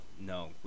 no